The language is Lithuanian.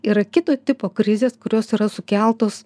ir kito tipo krizės kurios yra sukeltos